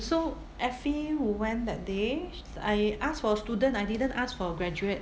so effie went that day I asked for student I didn't ask for a graduate